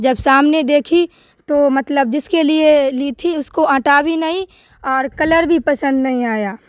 جب سامنے دیکھی تو مطلب جس کے لیے لی تھی اس کو اٹا بھی نہیں اور کلر بھی پسند نہیں آیا